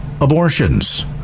abortions